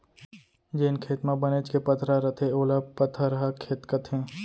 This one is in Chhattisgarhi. जेन खेत म बनेच के पथरा रथे ओला पथरहा खेत कथें